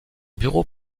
bureau